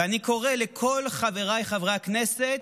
ואני קורא לכל חבריי חברי הכנסת: